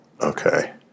Okay